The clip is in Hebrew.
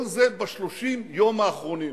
כל זה ב-30 יום האחרונים.